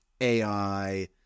AI